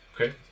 Okay